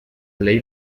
ley